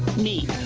me.